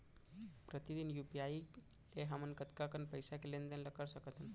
प्रतिदन यू.पी.आई ले हमन कतका कन पइसा के लेन देन ल कर सकथन?